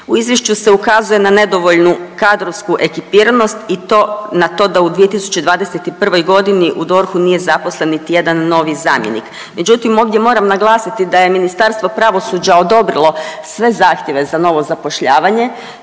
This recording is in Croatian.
U izvješću se ukazuje na nedovoljnu kadrovsku ekipiranost i to, na to da u 2021.g. u DORH-u nije zaposlen niti jedan novi zamjenik. Međutim ovdje moram naglasiti da je Ministarstvo pravosuđa odobrilo sve zahtjeve za novo zapošljavanje,